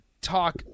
talk